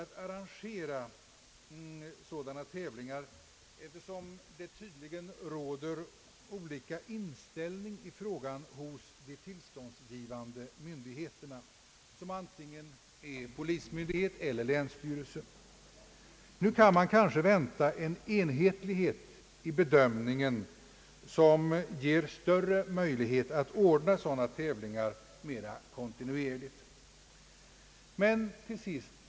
I dag är sådana tävlingar svårare att arrangera då de tillståndsgivande myndigheterna — som antingen är polismyndighet eller länsstyrelse — tydligen har olika inställning till dem. Nu kan man kanske förvänta enhetlighet i bedöm ningen, vilket kan medföra större möjligheter att ordna sådana tävlingar mera kontinuerligt.